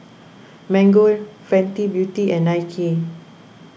Mango Fenty Beauty and Nike